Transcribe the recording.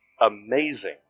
amazing